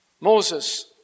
Moses